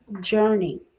journey